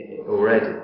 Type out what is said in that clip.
already